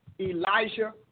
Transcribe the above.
Elijah